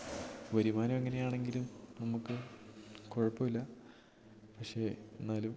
വരുമാനം എങ്ങനെയാണെങ്കിലും നമുക്ക് കുഴപ്പമില്ല പക്ഷേ എന്നാലും